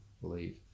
believe